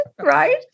right